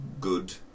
good